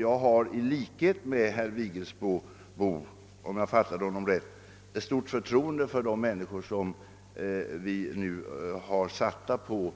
Jag har liksom även herr Vigelsbo — om jag fattat honom rätt — stort förtroende för de människor som vi satt in på